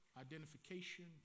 identification